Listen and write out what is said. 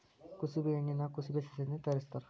ಕುಸಬಿ ಎಣ್ಣಿನಾ ಕುಸಬೆ ಸಸ್ಯದಿಂದ ತಯಾರಿಸತ್ತಾರ